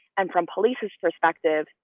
and from police's perspective,